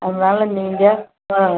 அதனால நீங்கள் ஆ